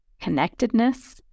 connectedness